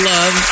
Love